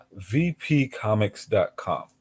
vpcomics.com